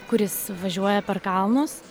kuris važiuoja per kalnus